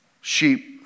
sheep